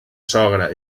sogra